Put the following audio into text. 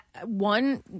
One